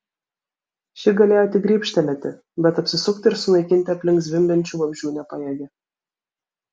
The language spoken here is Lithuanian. ši galėjo tik grybštelėti bet apsisukti ir sunaikinti aplink zvimbiančių vabzdžių nepajėgė